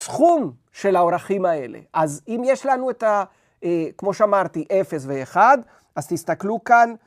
סכום של האורכים האלה. אז אם יש לנו את ה... כמו שאמרתי, 0 ו-1, אז תסתכלו כאן.